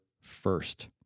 first